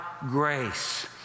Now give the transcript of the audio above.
grace